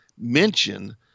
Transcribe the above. mention